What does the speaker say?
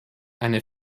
eine